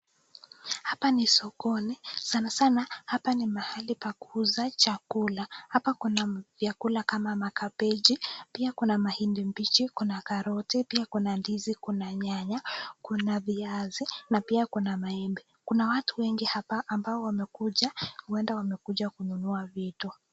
Hapa ni sokoni ,sanasana hapa ni mahali pa kuuza chakula, hapa kuna vyakula kama makabichi ,pia kuna mahindi bichi, Kuna karoti, pia Kuna ndizi, Kuna nyanya ,kuna viazi ,na pia kuna maembe .Kuna watu wengi hapa ambao wamekuja ,huenda wamekuja kununua vitu.